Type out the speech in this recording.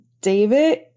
David